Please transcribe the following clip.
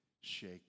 shake